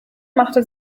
machte